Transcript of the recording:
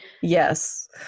Yes